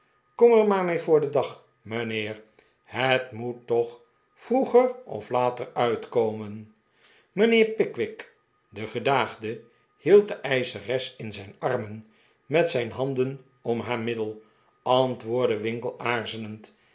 kom er maar mee voor den dag mijnheer het moet toch vroeger of later uitkomen mijnheer pickwick de gedaagde hield de eischeres in zijn armen met zijn handen om haar middel antwoordde winkle aarzelend